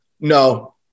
No